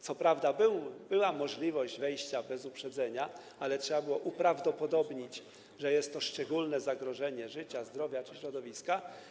Co prawda była możliwość wejścia bez uprzedzenia, ale trzeba było uprawdopodobnić, że jest to szczególne zagrożenie życia, zdrowia czy środowiska.